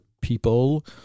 people